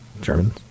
Germans